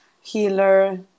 healer